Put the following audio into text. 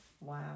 Wow